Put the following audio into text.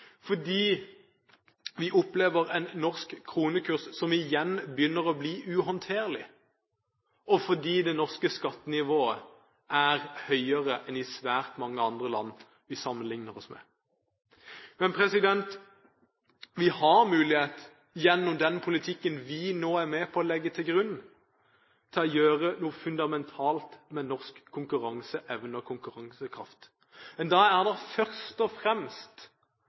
fordi vi opplever en norsk kronekurs som igjen begynner å bli uhåndterlig, og fordi det norske skattenivået er høyere enn i svært mange andre land vi sammenligner oss med. Vi har mulighet til gjennom den politikken vi nå er med på å legge til grunn, å gjøre noe fundamentalt med norsk konkurranseevne og konkurransekraft. Men da er det først og fremst